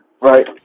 Right